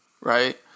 right